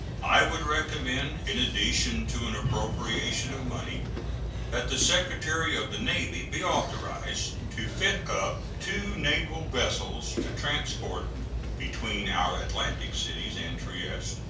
i would recommend, in addition to an appropriation of money that the secretary of the navy be authorized to fit up two naval vessels to transport between our atlantic cities and trieste,